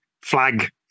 Flag